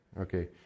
Okay